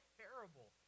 terrible